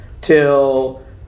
till